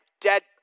dead